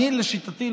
לשיטתי,